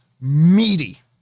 meaty